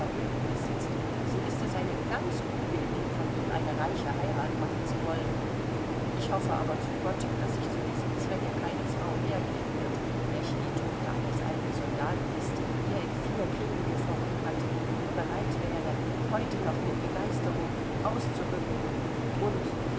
vermögen besitzt so ist es eine ganz kluge idee von ihm eine reiche heirat machen zu wollen ich hoffe aber zu gott daß sich zu diesem zwecke keine frau hergeben wird welche die tochter eines alten soldaten ist der in vier kriegen gefochten hat und bereit wäre heute noch mit begeisterung auszurücken und